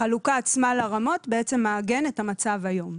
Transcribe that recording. החלוקה עצמה לרמות מעגנת את המצב היום.